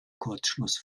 kurzschluss